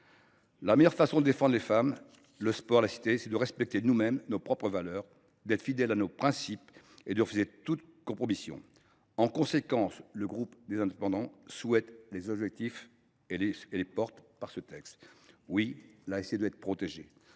La meilleure façon de défendre les femmes, le sport et la laïcité, c’est de respecter nous mêmes nos propres valeurs, d’être fidèles à nos principes et de refuser toute compromission. C’est pourquoi le groupe Les Indépendants soutient les objectifs de cette proposition de loi. Oui, la laïcité doit être protégée